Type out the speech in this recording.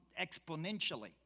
exponentially